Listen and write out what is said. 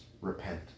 Repent